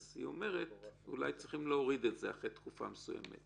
אז אולי צריך להוריד את זה אחרי תקופה מסוימת.